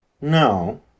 No